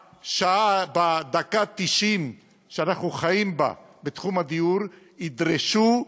בדקה התשעים שאנחנו חיים בה בתחום הדיור, ידרשו,